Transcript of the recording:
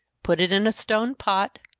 put it in a stone pot,